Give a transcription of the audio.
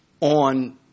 on